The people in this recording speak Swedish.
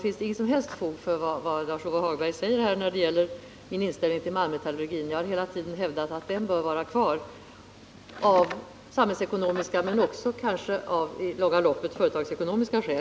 finns inget som helst fog för det Lars-Ove Hagberg säger om min inställning till malmmetallurgin. Jag har hela tiden hävdat att den bör vara kvar av samhällsekonomiska skäl, men kanske också i det långa loppet av företagsekonomiska skäl.